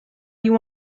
you